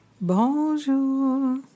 Bonjour